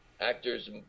Actors